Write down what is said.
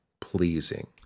pleasing